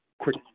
quick